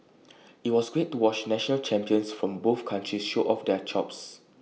IT was great to watch national champions from both countries show off their chops